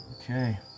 Okay